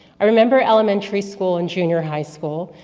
i remember elementary school, and junior high school,